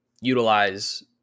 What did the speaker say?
utilize